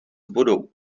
vodou